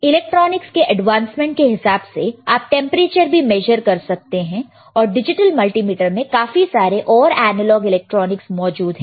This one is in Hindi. इलेक्ट्रॉनिक्स के एडवांसमेंट के हिसाब से आप टेंपरेचर भी मेजर कर सकते हैं और डिजिटल मल्टीमीटर में काफी सारे और एनालॉग इलेक्ट्रॉनिक्स मौजूद रहते हैं